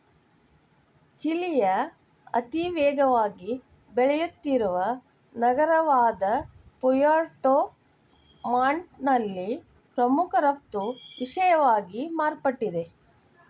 ಚಿಲಿಯ ಅತಿವೇಗವಾಗಿ ಬೆಳೆಯುತ್ತಿರುವ ನಗರವಾದಪುಯೆರ್ಟೊ ಮಾಂಟ್ನಲ್ಲಿ ಪ್ರಮುಖ ರಫ್ತು ವಿಷಯವಾಗಿ ಮಾರ್ಪಟ್ಟಿದೆ